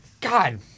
God